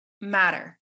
matter